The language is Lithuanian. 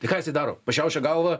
tai ką jisai daro pašiaušia galvą